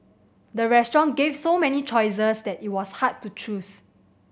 the restaurant gave so many choices that it was hard to choose